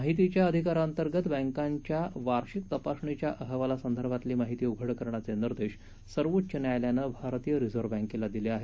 माहितीच्या अधिकारांतर्गत बॅकांच्या वार्षिक तपासणीच्या अहवालासंदर्भातली माहिती उघड करण्याचे निर्देश सर्वोच्च न्यायालयानं भारतीय रिझर्व बँकेला दिले आहेत